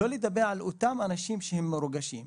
שלא לדבר על אותם אנשים שהם מרוגשים.